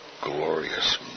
glorious